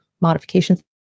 modifications